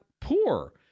poor